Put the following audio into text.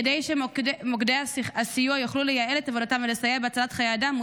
כדי שמוקדי הסיוע יוכלו לייעל את עבודתם ולסייע בהצלת חיי אדם,